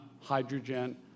hydrogen